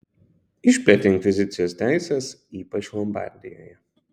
išplėtė inkvizicijos teises ypač lombardijoje